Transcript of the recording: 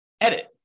edit